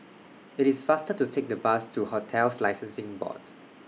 IT IS faster to Take The Bus to hotels Licensing Board